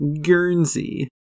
Guernsey